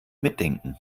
mitdenken